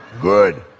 good